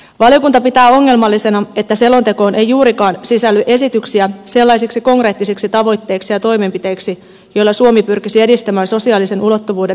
valiokunta pitää ongelmallisena että selontekoon ei juurikaan sisälly esityksiä sellaisiksi konkreettisiksi tavoitteiksi ja toimenpiteiksi joilla suomi pyrkisi edistämään sosiaalisen ulottuvuuden vahvistamista